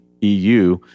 EU